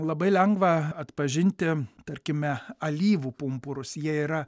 labai lengva atpažinti tarkime alyvų pumpurus jie yra